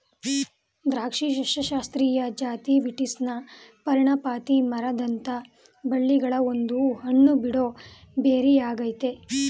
ದ್ರಾಕ್ಷಿ ಸಸ್ಯಶಾಸ್ತ್ರೀಯ ಜಾತಿ ವೀಟಿಸ್ನ ಪರ್ಣಪಾತಿ ಮರದಂಥ ಬಳ್ಳಿಗಳ ಒಂದು ಹಣ್ಣುಬಿಡೋ ಬೆರಿಯಾಗಯ್ತೆ